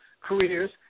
careers